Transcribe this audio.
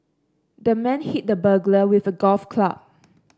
the man hit the burglar with a golf club